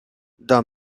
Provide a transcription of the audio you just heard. the